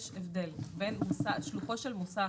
יש הבדל בין שלוחו של מוסך,